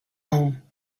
home